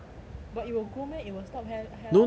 but it will grow meh it will stop hair hair loss meh